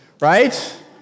Right